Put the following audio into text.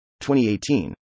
2018